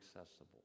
accessible